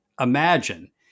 Imagine